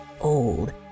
old